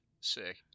Sick